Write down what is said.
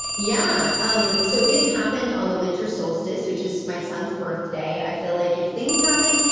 yeah. um so this happened on the winter solstice, which is my son's birthday. i feel like, if things happen.